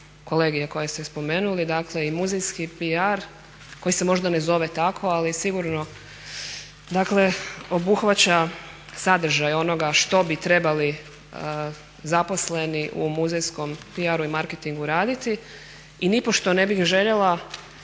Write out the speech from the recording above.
koje ste spomenuli, dakle i muzejski PR koji se možda ne zove tako ali sigurno dakle obuhvaća sadržaj onoga što bi trebali zaposleni u muzejskom PR-u i marketingu raditi i nipošto ne bih željela